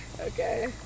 Okay